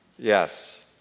Yes